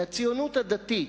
מהציונות הדתית,